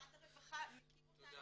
משרד הרווחה מכיר אותנו.